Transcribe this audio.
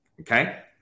Okay